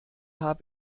hab